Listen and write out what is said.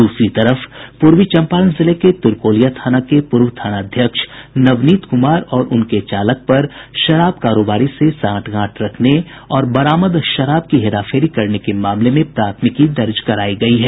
दूसरी तरफ पूर्वी चंपारण जिले के तुरकौलिया थाना के पूर्व थानाध्यक्ष नवनीत कुमार और उनके चालक पर शराब कारोबारी से सांठ गांठ रखने और बरामद शराब की हेराफेरी करने के मामले में प्राथमिकी दर्ज करायी गयी है